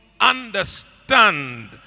understand